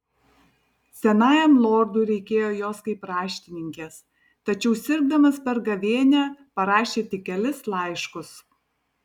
senajam lordui reikėjo jos kaip raštininkės tačiau sirgdamas per gavėnią parašė tik kelis laiškus